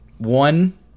one